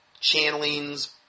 channelings